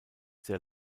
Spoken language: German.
sehr